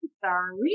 sorry